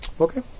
Okay